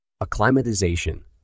Acclimatization